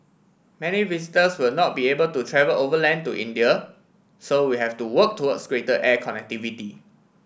many visitors will not be able to travel overland to India so we have to work towards greater air connectivity